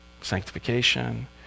sanctification